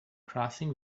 crossing